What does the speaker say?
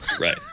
Right